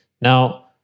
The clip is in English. Now